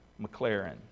McLaren